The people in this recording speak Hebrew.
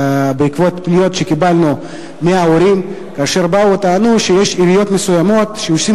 בעקבות פניות שקיבלנו מהורים שטענו שיש עיריות מסוימות שעושות